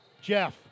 Jeff